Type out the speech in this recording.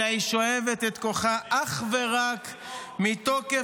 אלא היא שואבת את כוחה אך ורק מתוקף